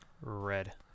Red